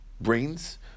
brains